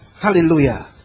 Hallelujah